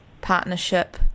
partnership